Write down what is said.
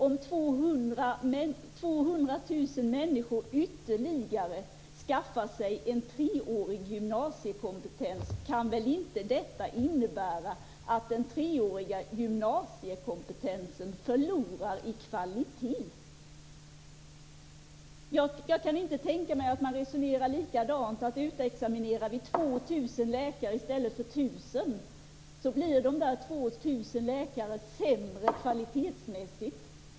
Om 200 000 människor ytterligare skaffar sig en treårig gymnasiekompetens kan det väl inte innebära att den treåriga gymnasiekompetensen förlorar i kvalitet. Jag kan inte tänka mig att man resonerar likadant, att om vi utexaminerar 2 000 läkare i stället för 1 000 så blir de 2 000 läkarna sämre kvalitetsmässigt.